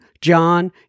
John